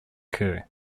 coup